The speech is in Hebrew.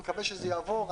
אני מקווה שזה יעבור.